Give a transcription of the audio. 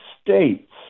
States